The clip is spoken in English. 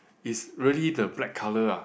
is really the black colour uh